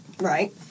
right